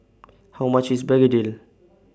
How much IS Begedil